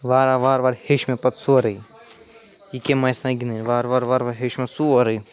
وارٕ وارٕ وارٕ وارٕ ہیٚچھ مےٚ پتہٕ سورُے یہِ کٔمہِ آیہِ چھِ آسان گِنٛدٕنۍ وارٕ وارٕ وارٕ وارٕ ہیٚچھ مےٚ سورُے